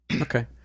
Okay